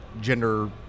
gender